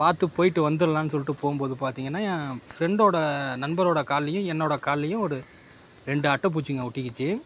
பாத்து போயிட்டு வந்துரலான்னு சொல்லிட்டு போகும் போது பார்த்தீங்கன்னா என் ஃப்ரெண்டோடய நண்பரோடய கால்லையும் என்னோடய கால்லையும் ஒரு ரெண்டு அட்டைப்பூச்சிங்க ஒட்டிக்கிச்சு